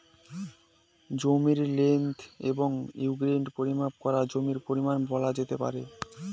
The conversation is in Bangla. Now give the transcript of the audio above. জমির লেন্থ এবং উইড্থ পরিমাপ করে জমির পরিমান বলা যেতে পারে